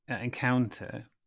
encounter